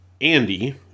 andy